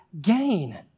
gain